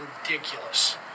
ridiculous